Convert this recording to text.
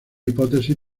hipótesis